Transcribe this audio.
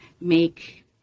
make